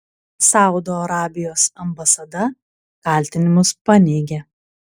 saudo arabijos ambasada kaltinimus paneigė